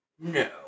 no